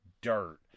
dirt